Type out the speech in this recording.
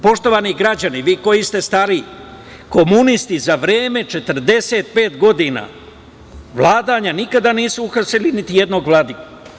Poštovani građani, vi koji ste stariji, komunisti za 45 godina vladanja nikad nisu uhapsili niti jednog vladiku.